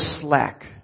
slack